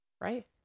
Right